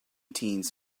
teens